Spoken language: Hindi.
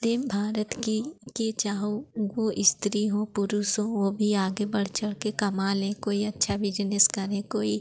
भारत की के चाहो वह स्त्री हों पुरुष हों वे भी आगे बढ़ चढ़कर कमा लें कोई अच्छा बिजनेस करें कोई